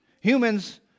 Humans